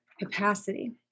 capacity